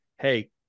Hey